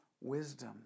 wisdom